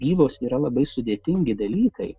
bylos yra labai sudėtingi dalykai